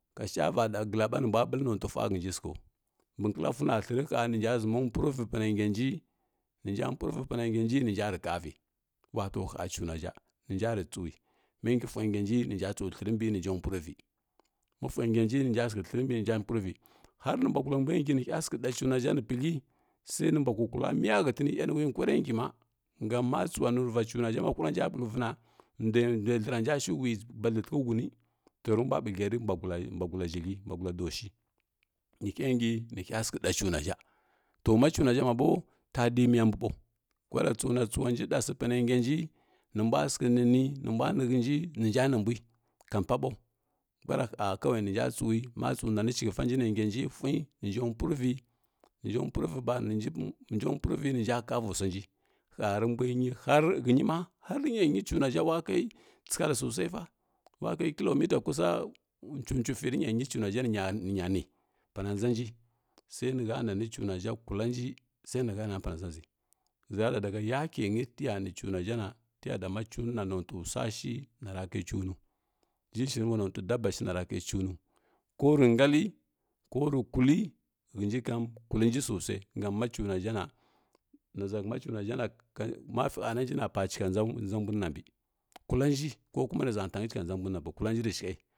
Ka sha va gəlla ɓa nə mbwa bəllə fua hənji səgho mbə kəlla fui na thlərə ha nənja ʒəma purəvi pa nə ngyanji nənja rə pu və pa panə ngyəndi nə nja və kavi wato ha cuna ʒha nə nja rə tsəwi ma fvi ngya nji nə nja ri hləri mbə nə nja pulvi har nə mbwa gula mbwa ngi nəhya ngi nə hya rə ɗa cunaʒa nə pithly sai nə mbwa kukula miya hətəni aniwi kwarə ngy ma gam ma tsəwanu rə va cuna ʒha ma huwanji bətəghə na ndwə thləranji shw wi badləntəghə tuni to və mbwa bəthly mbwa gula doahi to ma cuna ʒha mabo ta di miya mbw ɓaw kwara tsou na tsəwanji ɗas panəi ngyanji nə mbwa səghə nə-ni nə mbwa nə mbwa ni hənji ka pa ɓaw kwara ha kawai nənja tsawi na tsəu nany cəghəfanji nə ngyanji fui nənja puvvi pə nja purvi ɓa nərjo purvi njanja kavi swa nji ho rə mbwə nji hənj ma ha har rə nyə nyi cuna ʒha wa kai tsəghəl sosai fa wa kai killamita kusa cuncəfi rə nya ni pana dʒa nji sai nə ha nani pana dʒanji sai nə ha rani pana dzla ʒi həʒə ra ɗa daga yakə nyi tə ya ni cuna ʒha na ta ɗa ma cunə na nontəi swa shina ra kai cuno ʒhə shiru wanontə daba shi na ra kai cuno ku rə ngalli ko rə kulli hənji kam kwlə nji saw sai gam ma cuna ʒha na na ʒa hgəghə ma hananji na pa cəgha dʒa huma nina mbi kulla nji ko kuma nə ʒa ta nyi cəgha dʒa mbwi nina mbi kullanji rə shəghə.